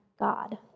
God